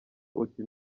uti